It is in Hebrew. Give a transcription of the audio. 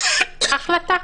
החלטה.